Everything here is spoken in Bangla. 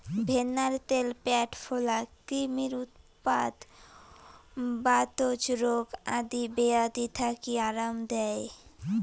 ভেন্নার ত্যাল প্যাট ফোলা, ক্রিমির উৎপাত, বাতজ রোগ আদি বেয়াধি থাকি আরাম দেই